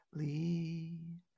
lead